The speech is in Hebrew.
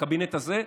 הקבינט הזה,